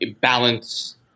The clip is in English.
balance